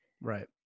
Right